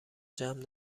جمع